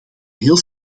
heel